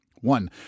One